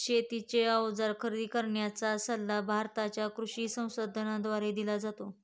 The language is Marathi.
शेतीचे अवजार खरेदी करण्याचा सल्ला भारताच्या कृषी संसाधनाद्वारे दिला जातो